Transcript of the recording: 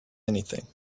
anything